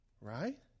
right